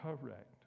correct